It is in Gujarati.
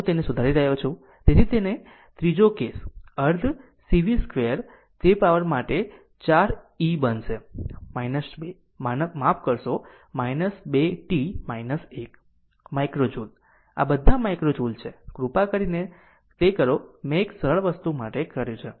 હું તેને સુધારી રહ્યો છું તેથી અને ત્રીજો કેસ અર્ધ C v2 તે પાવર માટે 4 e બનશે 2 માફ કરશો 2 t 1 માઇક્રો જુલ આ બધા માઇક્રો જુલ છે કૃપા કરીને તે કરો મેં તે એક સરળ વસ્તુ માટે કર્યું છે